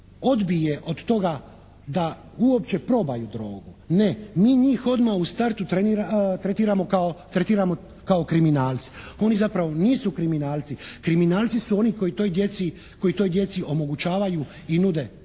odbije od toga da uopće probaju drogu. Ne, mi njih odmah u startu tretiramo kao kriminalce. Oni zapravo nisu kriminalci. Kriminalci su oni koji toj djeci omogućavaju i nude droge.